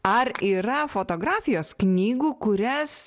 ar yra fotografijos knygų kurias